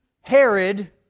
Herod